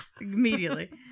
immediately